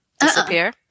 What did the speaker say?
disappear